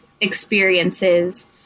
experiences